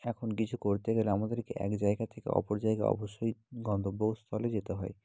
এখন কিছু করতে গেলে আমদেরকে এক জায়গায় থেকে অপর জায়গায় অবশ্যই গন্তব্যস্থলে যেতে হয়